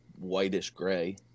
whitish-gray